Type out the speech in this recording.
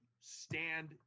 stand